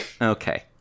okay